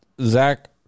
Zach